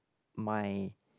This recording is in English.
my